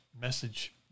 message